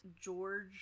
george